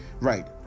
right